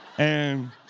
and